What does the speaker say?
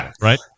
right